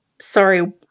Sorry